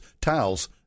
towels